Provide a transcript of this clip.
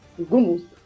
Gumus